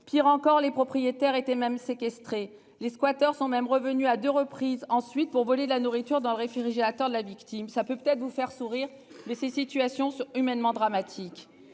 Pire encore, les propriétaires étaient même séquestré. Les squatters sont même revenus à 2 reprises ensuite pour voler de la nourriture dans le réfrigérateur de la victime. Ça peut peut-être vous faire sourire, mais ces situations humainement dramatiques